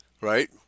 Right